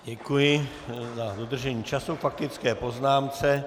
Děkuji za dodržení času k faktické poznámce.